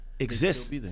Exists